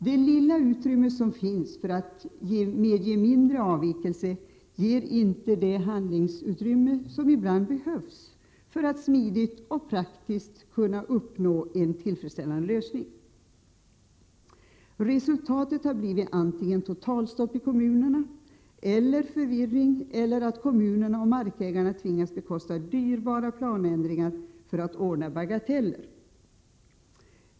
Det lilla utrymme som finns för att medge mindre avvikelser ger inte det handlingsutrymme som ibland behövs för att smidigt och praktiskt kunna uppnå en tillfredsställande lösning. Resultatet har blivit totalstopp i kommunerna, förvirring eller att kommunerna och markägarna tvingats bekosta dyrbara planändringar för att ordna bagateller.